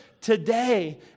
today